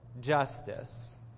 justice